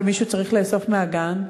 ומישהו צריך לאסוף מהגן.